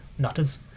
nutters